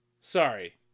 Sorry